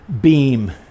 beam